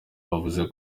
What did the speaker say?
bavuze